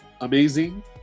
Amazing